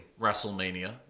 WrestleMania